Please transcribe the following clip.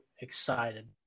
excited